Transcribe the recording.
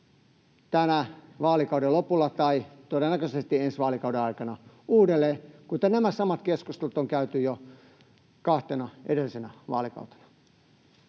tämän vaalikauden lopulla tai todennäköisesti ensi vaalikauden aikana uudelleen, kuten nämä samat keskustelut on käyty jo kahtena edellisenä vaalikautena.